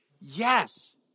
yes